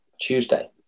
Tuesday